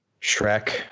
Shrek